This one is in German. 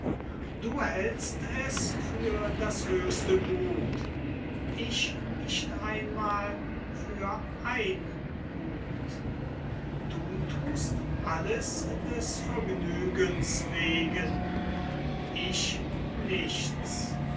du hältst es für das höchste gut ich nicht einmal für ein gut du thust alles des vergnügens wegen ich nichts